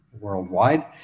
worldwide